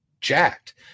jacked